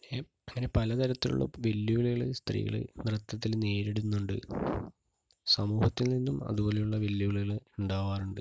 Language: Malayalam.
പലതരത്തിലുള്ള വെല്ലുവിളികൾ സ്ത്രീകൾ നൃത്തത്തിൽ നേരിടുന്നുണ്ട് സമൂഹത്തിൽ നിന്നും അതുപോലുള്ള വെല്ലുവിളികൾ ഉണ്ടാവാറുണ്ട്